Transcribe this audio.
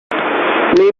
maybe